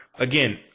Again